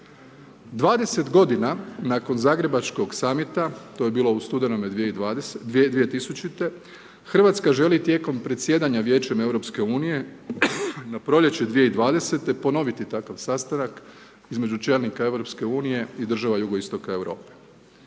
20 g. nakon zagrebačkog summita, to je bilo u studenom 2000., Hrvatska želi tijekom predsjedanja Vijećem EU-a na proljeće 2020. ponoviti takav sastanak između čelnika EU-a i država JI Europe.